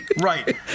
Right